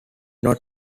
not